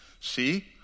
See